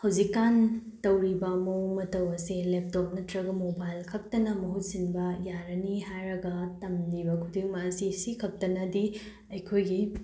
ꯍꯧꯖꯤꯛꯀꯥꯟ ꯇꯧꯔꯤꯕ ꯃꯑꯣꯡ ꯃꯇꯧ ꯑꯁꯤ ꯂꯦꯞꯇꯤꯞ ꯅꯠꯇ꯭ꯔꯒ ꯃꯣꯕꯥꯏꯜ ꯈꯛꯇꯅ ꯃꯍꯨꯠ ꯁꯤꯟꯕ ꯌꯥꯔꯅꯤ ꯍꯥꯏꯔꯒ ꯇꯝꯂꯤꯕ ꯈꯨꯗꯤꯡꯃꯛ ꯑꯁꯤ ꯁꯤ ꯈꯛꯇꯅꯗꯤ ꯑꯩꯈꯣꯏꯒꯤ